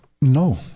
no